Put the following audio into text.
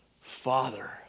Father